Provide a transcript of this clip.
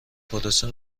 پروسه